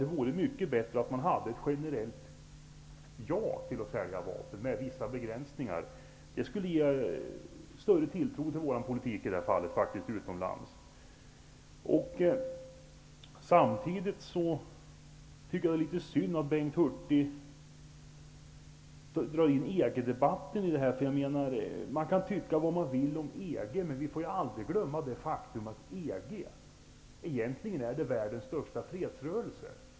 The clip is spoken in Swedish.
Det vore bättre med ett generellt ''ja'' till vapenförsäljning, med vissa begränsningar. Det skulle utomlands ge större tilltro till vår politik i det här fallet. Det är emellertid synd att Bengt Hurtig drar in EG debatten. Man kan tycka vad man vill om EG, men vi får aldrig glömma att EG egentligen är världens största fredsrörelse.